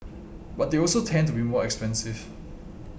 but they also tend to be more expensive